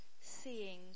seeing